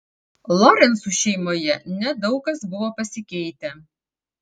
lorencų šeimoje nedaug kas buvo pasikeitę